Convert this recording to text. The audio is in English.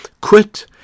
Quit